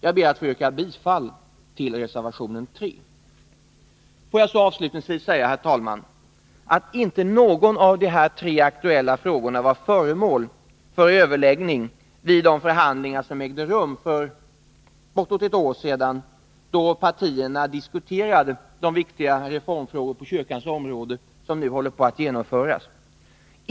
Jag ber att få yrka bifall till reservationen "S Får jag avslutningsvis säga, herr talman, att inte någon av de här tre aktuella frågorna var föremål för överläggning vid de förhandlingar som ägde rum för bortåt ett år sedan, då partierna diskuterade de viktiga reformåtgärder på kyrkans område som nu håller på att genomföras.